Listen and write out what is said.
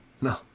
no